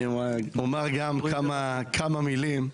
אומר גם כמה מילים.